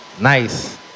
Nice